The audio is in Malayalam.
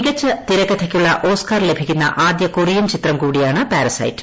മികച്ച തിരക്കഥയ്ക്കുള്ള ഓസ്കർ ലഭിക്കുന്ന ൃആദ്യ കൊറിയൻ ചിത്രം കൂടിയാണ് പാരസൈറ്റ്